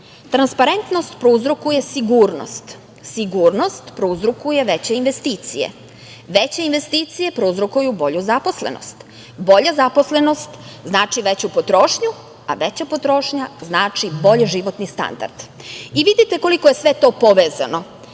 dali. Transparentnost prouzrokuje sigurnost, sigurnost prouzrokuje veće investicije, veće investicije prouzrokuju bolju zaposlenost, bolja zaposlenost znači veću potrošnju, a veća potrošnja znači bolji životni standard. Vidite, koliko je sve to povezano?